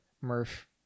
murph